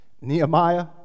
Nehemiah